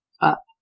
up